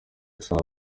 isano